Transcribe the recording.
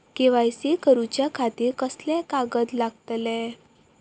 KYC करूच्या खातिर कसले कागद लागतले?